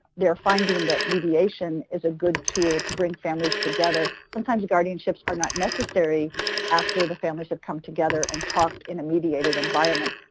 they're finding that mediation is a good tool to bring families together. sometimes guardianships are not necessary after the families have come together and talked in a mediated environment.